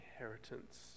inheritance